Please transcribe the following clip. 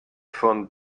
von